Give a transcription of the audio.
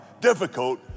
difficult